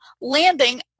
landing